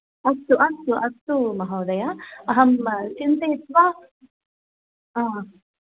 अस्तु अस्तु अस्तु महोदय अहं चिन्तयित्वा हा